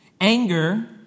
Anger